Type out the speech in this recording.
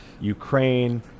Ukraine